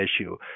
issue